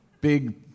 Big